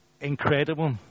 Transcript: incredible